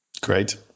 Great